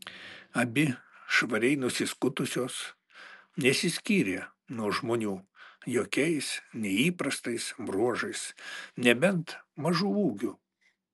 abi švariai nusiskutusios nesiskyrė nuo žmonių jokiais neįprastais bruožais nebent mažu ūgiu